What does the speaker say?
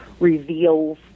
reveals